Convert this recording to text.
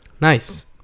Nice